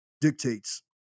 dictates